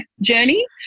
journey